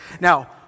Now